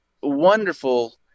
wonderful